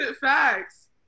facts